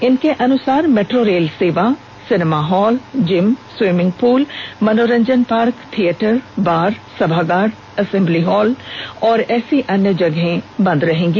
इनके अनुसार metro rail सेवा cinema hall gym swimming pool मनोरंजन पार्क थिएटर बार सभागार असेम्बली हॉल और ऐसी अन्य जगहें बंद रहेगी